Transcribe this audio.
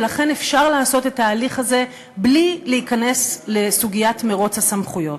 ולכן אפשר לעשות את ההליך הזה בלי להיכנס לסוגיית מירוץ הסמכויות.